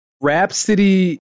Rhapsody